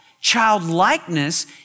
Childlikeness